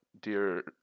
dear